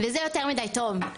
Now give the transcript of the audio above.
וזה יותר מדי טוב,